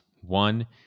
One